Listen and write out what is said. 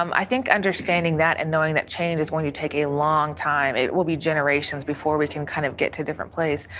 um i think understanding that and knowing that change is going to take a long time. it will be generations before we can kind of get to a different place,